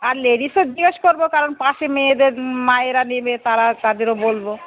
আর লেডিসও জিগ্যেস করব কারণ পাশে মেয়েদের মায়েরা নেবে তারা তাদেরও বলব